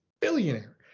billionaire